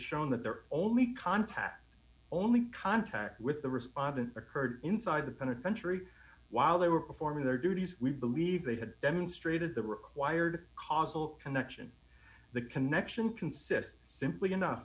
shown that their only contact only contact with the respondent occurred inside the penitentiary while they were performing their duties we believe they had demonstrated the required causal connection the connection consists simply enough